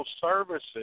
Services